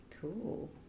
Cool